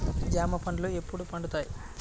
జామ పండ్లు ఎప్పుడు పండుతాయి?